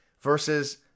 versus